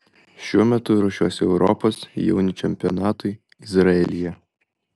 šiuo metu ruošiuosi europos jaunių čempionatui izraelyje